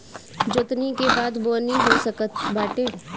जोतनी के बादे बोअनी हो सकत बाटे